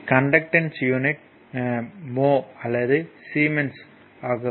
கண்டக்டன்ஸ்யின் unit mho அல்லது siemens ஆகும்